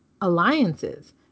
alliances